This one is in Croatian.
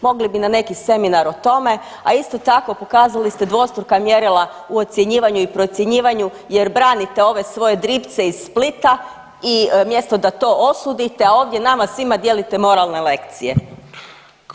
Mogli bi na neki seminar o tome, a isto tako, pokazali ste dvostruka mjerila u ocjenjivanju i procjenjivanju jer branite ove svoje dripce iz Splita i mjesto da to osudite, a ovdje nama svima dijelite moralne lekcije.